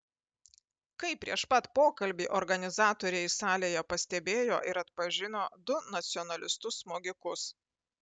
kaip prieš pat pokalbį organizatoriai salėje pastebėjo ir atpažino du nacionalistus smogikus